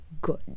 good